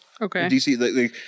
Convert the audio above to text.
Okay